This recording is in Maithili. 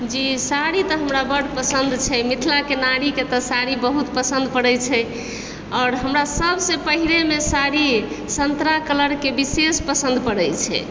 जी साड़ी तऽ हमरा बड़ पसन्द छै मिथिलाके नारीके तऽ साड़ी बड़ पसन्द पड़ै छै आओर हमरा सबसँ पहिरैमे साड़ी सन्तरा कलरके विशेष पसन्द पड़ै छै